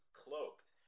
cloaked